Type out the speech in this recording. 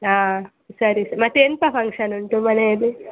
ಹಾಂ ಸರಿ ಮತ್ತೆ ಎಂಥ ಫಂಕ್ಷನ್ ಉಂಟು ಮನೆಯಲ್ಲಿ